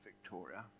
Victoria